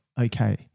okay